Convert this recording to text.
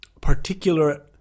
particular